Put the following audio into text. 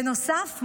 בנוסף,